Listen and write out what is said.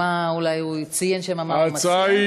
אולי הוא ציין שם מה הוא מציע?